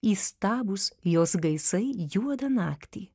įstabūs jos gaisai juodą naktį